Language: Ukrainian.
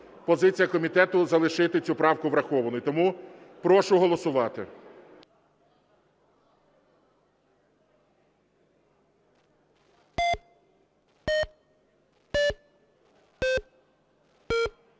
Позиція комітету: залишити цю правку врахованою. Тому прошу голосувати.